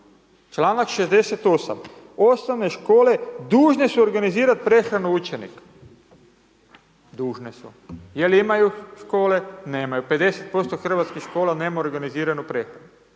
članak 68., osnovne škole dužne su organizirat prehranu učenika, dužne su, jel imaju škole, nemaju, 50% hrvatskih škola nema organiziranu prehranu,